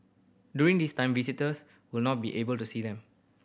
during this time visitors would not be able to see them